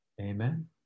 Amen